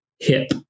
hip